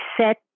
set